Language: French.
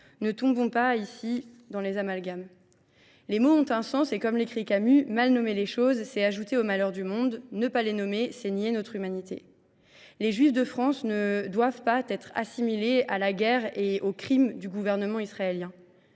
à ne pas tomber dans les amalgames. Les mots ont un sens et, comme le disait Camus, « Mal nommer les choses, c’est ajouter aux malheurs du monde. Ne pas les nommer, c’est nier notre humanité. » Les juifs de France ne doivent pas être assimilés à la guerre et aux crimes du gouvernement israélien.